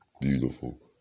beautiful